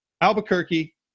Albuquerque